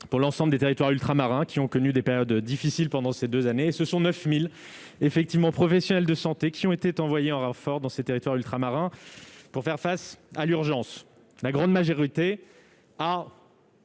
pour l'ensemble des territoires ultramarins qui ont connu des périodes difficiles, pendant ces 2 années, ce sont 9000 effectivement, professionnels de santé qui ont été envoyés en renfort dans ces territoires ultramarins pour faire face à l'urgence, la grande majorité a.